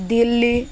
Delhi